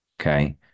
Okay